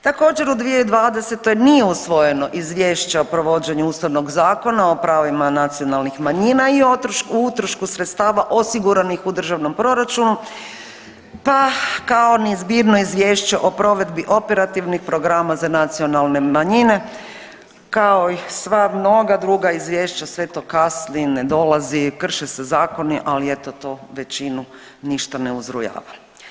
Također u 2020. nije usvojeno izvješće o provođenju Ustavnog zakona o pravima nacionalnih manjina i utrošku sredstava osiguranih u državnom proračuna, pa kao ni zbirno izvješće o provedbi operativnih programa za nacionalne manjine, kao i sva mnoga druga izvješća, sve to kasni, ne dolazi, krše se zakoni, ali eto to većinu ništa ne uzrujava.